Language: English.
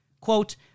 quote